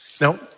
Now